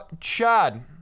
Chad